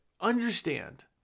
understand